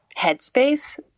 headspace